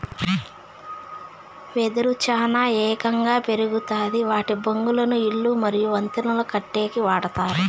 వెదురు చానా ఏగంగా పెరుగుతాది వాటి బొంగులను ఇల్లు మరియు వంతెనలను కట్టేకి వాడతారు